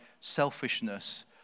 selfishness